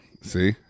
See